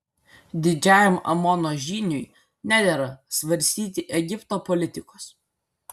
didžiajam amono žyniui nedera svarstyti egipto politikos